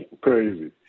crazy